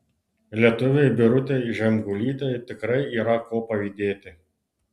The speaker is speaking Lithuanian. lietuvei birutei žemgulytei tikrai yra ko pavydėti